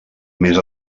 més